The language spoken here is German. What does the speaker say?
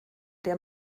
der